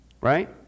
right